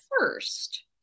first